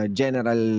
general